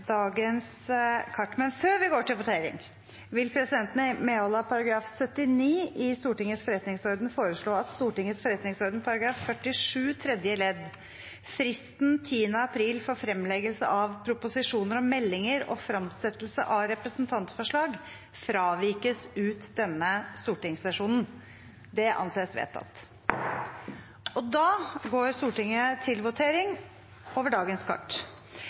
79 i Stortingets forretningsorden foreslå at Stortingets forretningsorden § 47 tredje ledd – om fristen 10. april for fremleggelse av proposisjoner og meldinger og fremsettelse av representantforslag – fravikes ut denne stortingssesjonen. – Det anses vedtatt. Da er Stortinget klar til å gå til votering.